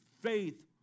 Faith